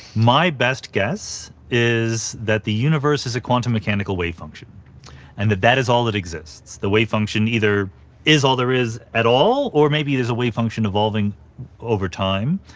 my best guess is that the universe is a quantum mechanical wave function and that that is all that exists. the wave function either is all there is at all, or maybe it is a wave function evolving over time,